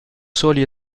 soli